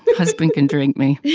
husband can drink me.